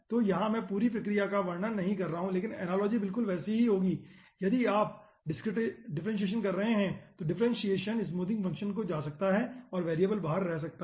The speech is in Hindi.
तो मैं यहां पूरी प्रक्रिया का वर्णन नहीं कर रहा हूं लेकिन एनालॉजी बिलकुल वैसी ही होगी यदि आप डिफ्रेंसियेसन कर रहे हैं तो डिफ्रेंसियेसन स्मूथिंग फंक्शन को जा सकता है और वेरिएबल बाहर रह सकता है